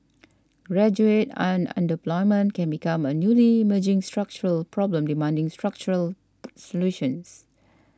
graduate on underemployment can become a newly emerging structural problem demanding structural solutions